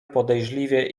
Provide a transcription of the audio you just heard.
podejrzliwie